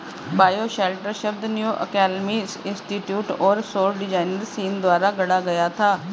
bioshelter शब्द new alchemy institute और सौर डिजाइनर सीन द्वारा गढ़ा गया था